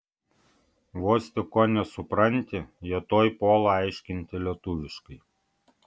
vos tik ko nesupranti jie tuoj puola aiškinti lietuviškai